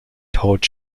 todd